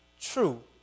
true